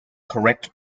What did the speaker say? correct